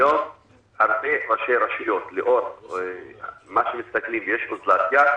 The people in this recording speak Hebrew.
היום הרבה ראשי רשויות יש אוזלת יד.